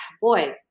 Boy